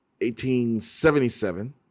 1877